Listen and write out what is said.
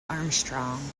armstrong